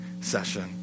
session